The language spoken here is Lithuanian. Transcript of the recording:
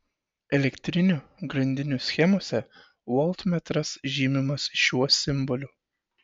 elektrinių grandinių schemose voltmetras žymimas šiuo simboliu